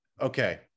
Okay